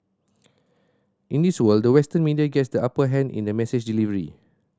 in this world the Western media gets the upper hand in the message delivery